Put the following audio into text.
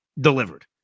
delivered